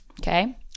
okay